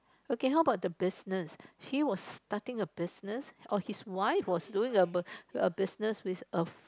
okay how about the business he was starting a business or his wife was doing a a business with a